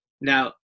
now